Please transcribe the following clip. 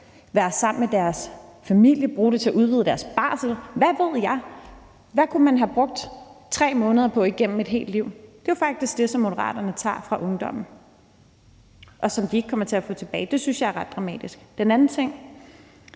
være sammen med deres familie, bruge det til at udvide deres barsel, hvad ved jeg. Hvad kunne man have brugt 3 måneder på igennem et helt liv? Det er faktisk det, som Moderaterne tager fra ungdommen, og som de ikke kommer til at få tilbage. Det synes jeg er ret dramatisk. Til den anden ting